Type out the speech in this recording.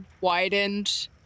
widened